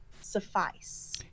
suffice